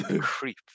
creep